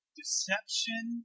deception